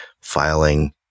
filing